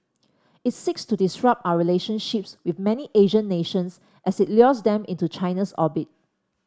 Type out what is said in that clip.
it seeks to disrupt our relationships with many Asian nations as it lures them into China's orbit